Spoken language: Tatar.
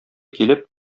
килеп